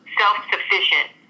self-sufficient